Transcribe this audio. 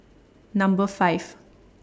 Number five